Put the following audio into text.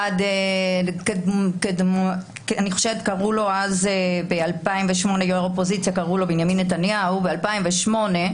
אני חושבת שקראו לו בנימין נתניהו ב-2008,